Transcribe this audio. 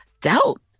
doubt